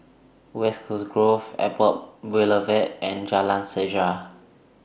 West Coast Grove Airport Boulevard and Jalan Sejarah